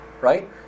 right